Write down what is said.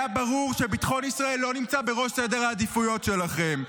היה ברור שביטחון ישראל לא נמצא בראש סדר העדיפויות שלכם.